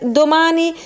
domani